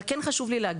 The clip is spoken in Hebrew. אבל כן חשוב לי להגיד,